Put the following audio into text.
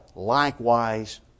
likewise